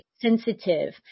sensitive